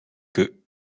que